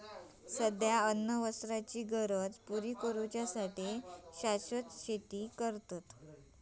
सध्या अन्न वस्त्राचे गरज पुरी करू साठी शाश्वत शेती करतत